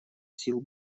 сил